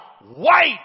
white